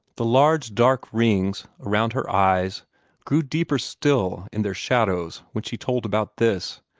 the large dark rings around her eyes grew deeper still in their shadows when she told about this,